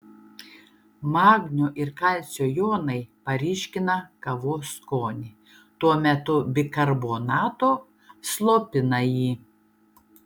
magnio ir kalcio jonai paryškina kavos skonį tuo metu bikarbonato slopina jį